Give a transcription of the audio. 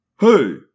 Hey